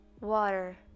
Water